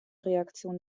reaktion